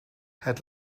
het